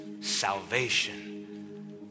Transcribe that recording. salvation